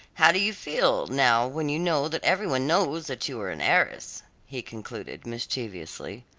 how do you feel now when you know that every one knows that you are an heiress? he concluded, mischievously.